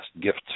gifts